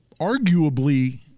arguably